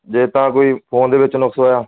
ਜੇ ਤਾਂ ਕੋਈ ਫੋਨ ਦੇ ਵਿੱਚ ਨੁਕਸ ਹੋਇਆ